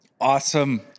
Awesome